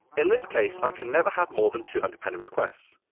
in this case, i can never have more than two hundred pending requests.